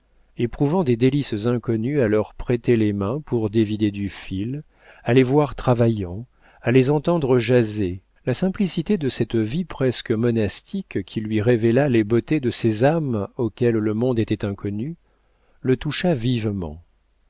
éprouvant des délices inconnues à leur prêter les mains pour dévider du fil à les voir travaillant à les entendre jaser la simplicité de cette vie presque monastique qui lui révéla les beautés de ces âmes auxquelles le monde était inconnu le toucha vivement